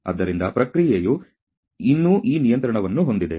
ಆದ್ದರಿಂದ ಪ್ರಕ್ರಿಯೆಯು ಇನ್ನೂ ಈ ನಿಯಂತ್ರಣವನ್ನು ಹೊಂದಿದೆ